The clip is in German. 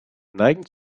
neigen